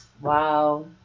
wow